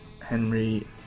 Henry